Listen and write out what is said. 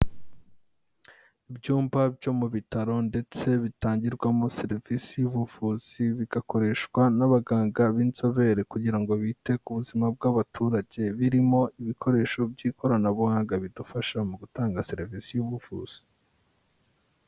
Ibyumba byo mu bitaro ndetse bitangirwamo serivisi y'ubuvuzi bigakoreshwa n'abaganga b'inzobere kugira ngo bite ku buzima bw'abaturage, birimo ibikoresho by'ikoranabuhanga bidufasha mu gutanga serivisi y'ubuvuzi.